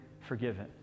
forgiven